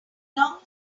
long